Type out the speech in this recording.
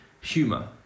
Humor